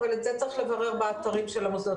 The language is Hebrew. אבל את זה צריך לברר באתרים של המוסדות